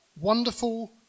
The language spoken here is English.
wonderful